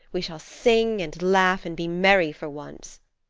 we shall sing and laugh and be merry for once.